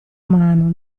mano